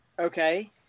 okay